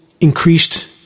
increased